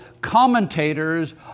commentators